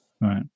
Right